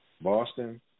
Boston